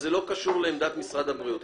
זה לא קשור לעמדת משרד הבריאות.